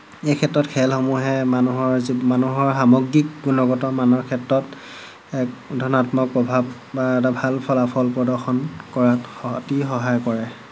এই ক্ষেত্ৰত খেলসমূহে মানুহৰ যি মানুহৰ সামগ্ৰিক গুণগতমানৰ ক্ষেত্ৰত এক ধনাত্মক প্ৰভাৱ বা এটা ভাল ফলাফল প্ৰদৰ্শন কৰাত স অতি সহায় কৰে